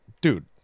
dude